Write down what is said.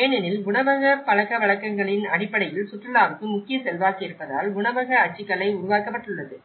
ஏனெனில் உணவக பழக்கவழக்கங்களின் அடிப்படையில் சுற்றுலாவுக்கு முக்கிய செல்வாக்கு இருப்பதால் உணவக அச்சுக்கலை உருவாக்கப்பட்டுள்ளது